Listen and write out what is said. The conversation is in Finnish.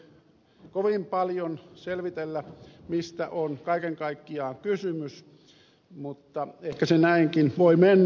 siinä ei kovin paljon selvitellä mistä on kaiken kaikkiaan kysymys mutta ehkä se näinkin voi mennä